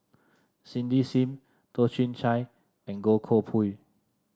Cindy Sim Toh Chin Chye and Goh Koh Pui